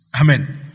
Amen